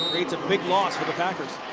it's a big loss for the packers.